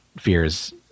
fears